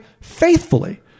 faithfully